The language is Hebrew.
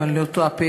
אם אני לא טועה,